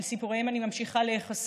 שאל סיפוריהם אני ממשיכה להיחשף.